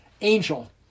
angel